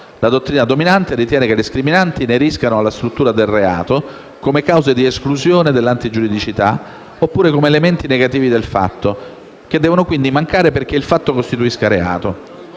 La dottrina dominante ritiene che le scriminanti ineriscano alla struttura del reato, come cause di esclusione dell'antigiuridicità oppure come elementi negativi del fatto, che devono quindi mancare perché il fatto costituisca reato.